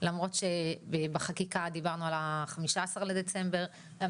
למרות שבחקיקה דיברנו על ה-15 בדצמבר והיום